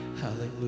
hallelujah